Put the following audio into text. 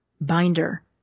binder